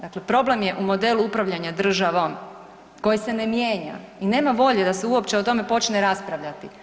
Dakle, problem je u modelu upravljanja državom koji se ne mijenja i nema volje da se uopće o tome počne raspravljati.